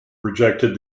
rejected